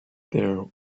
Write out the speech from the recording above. there